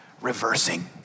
reversing